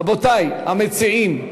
רבותי, המציעים,